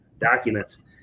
documents